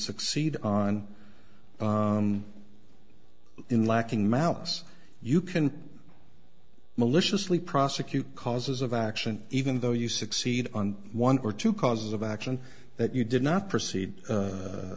succeed on in lacking malice you can maliciously prosecute causes of action even though you succeed on one or two causes of action that you did not proceed